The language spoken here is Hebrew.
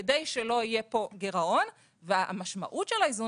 כדי שלא יהיה פה גירעון והמשמעות של האיזון